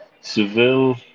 Seville